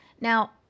Now